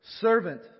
Servant